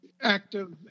active